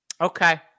okay